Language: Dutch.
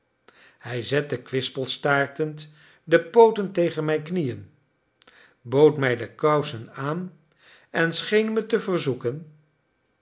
hij zette kwispelstaartend de pooten tegen mijne knieën bood mij de kousen aan en scheen me te verzoeken